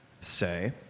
say